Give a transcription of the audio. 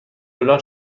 دلار